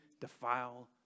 defile